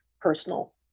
personal